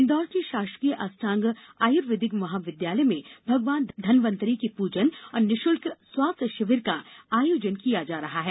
इंदौर के षासकीय अष्टांग आयुर्वेदिक महाविद्यालय में भगवान धन्वतरी के पूजन और निःषुल्क स्वास्थ्य षिविर का आयोजन किया जा रहा है